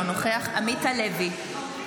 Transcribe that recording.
אינו נוכח עמית הלוי,